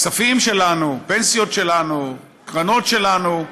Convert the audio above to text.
הכספים שלנו, הפנסיות שלנו, הקרנות שלנו,